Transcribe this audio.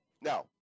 now